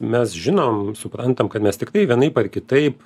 mes žinom suprantam kad mes tikrai vienaip ar kitaip